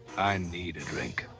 i need a drink.